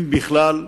אם בכלל.